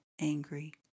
angry